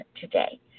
today